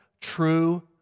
True